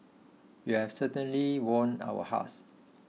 you've certainly won our hearts